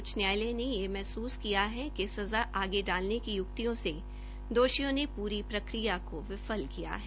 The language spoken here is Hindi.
उच्च न्यायालय ने यह महसूस किया है कि सज़ा आगे डालने की युक्तियां दोषियों ने पूरी प्रक्रिया को विफल किया है